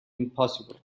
impossible